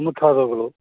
ಮುಂತಾದವುಗಳು